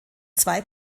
zwei